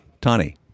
Tani